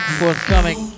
forthcoming